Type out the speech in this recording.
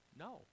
No